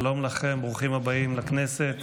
שלום לכם, ברוכים הבאים לכנסת.